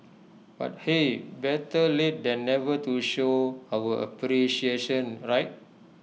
but hey better late than never to show our appreciation right